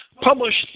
published